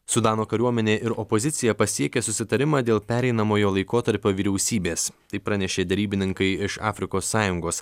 sudano kariuomenė ir opozicija pasiekė susitarimą dėl pereinamojo laikotarpio vyriausybės tai pranešė derybininkai iš afrikos sąjungos